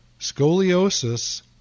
scoliosis